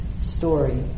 story